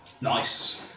Nice